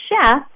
chef